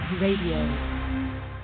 radio